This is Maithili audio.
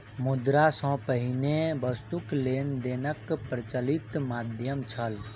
मुद्रा सॅ पहिने वस्तु लेन देनक प्रचलित माध्यम छल